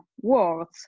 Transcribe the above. words